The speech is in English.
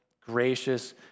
gracious